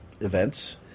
events